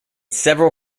several